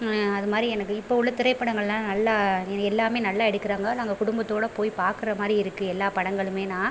அது மாதிரி எனக்கு இப்போது உள்ள திரைப்படங்களெலாம் நல்லா எல்லாமே நல்லா எடுக்கிறாங்க நாங்கள் குடும்பத்தோடய போய் பார்க்குற மாதிரி இருக்குது எல்லா படங்களுமே நான்